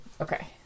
okay